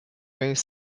vingt